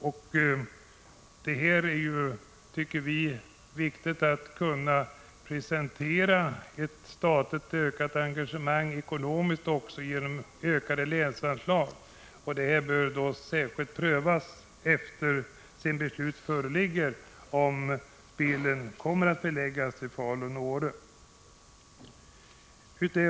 Vi tycker att det är viktigt att kunna presentera ett ökat statligt ekonomiskt engagemang som också innebär ökade länsanslag. Detta bör särskilt prövas om beslut fattas om att spelen skall förläggas till Falun/Åre.